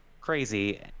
crazy